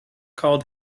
called